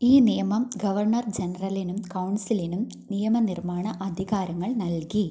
ഈ നിയമം ഗവർണർ ജനറലിനും കൗൺസിലിനും നിയമനിർമ്മാണ അധികാരങ്ങൾ നൽകി